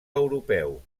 europeu